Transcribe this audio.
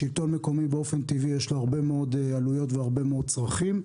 לשלטון המקומי באופן טבעי יש הרבה מאוד עלויות והרבה מאוד צרכים,